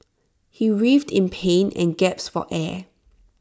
he writhed in pain and gasped for air